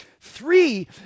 Three